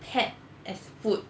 pet as food